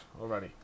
already